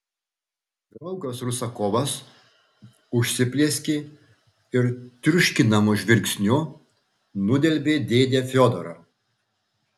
draugas rusakovas užsiplieskė ir triuškinamu žvilgsniu nudelbė dėdę fiodorą